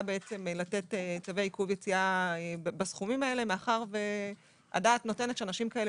לתת צווי עיכוב יציאה בסכומים האלה מאחר שהדעת נותנת שאנשים כאלה